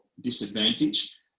disadvantage